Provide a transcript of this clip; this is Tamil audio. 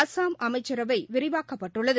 அஸ்ஸாம் அமைச்சரவை விரிவாக்கப்பட்டுள்ளது